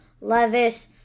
Levis